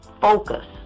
Focus